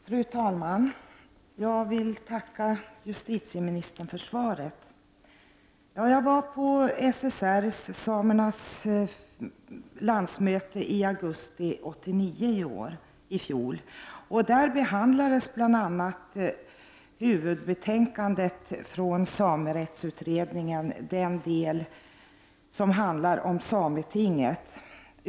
Fru talman! Jag vill tacka justitieministern för svaret. Jag var på SSR:s landsmöte i augusti 1989. Där behandlades bl.a. huvudbetänkandet från samerättsutredningen i den del som handlar om sametinget.